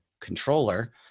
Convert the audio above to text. controller